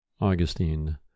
Augustine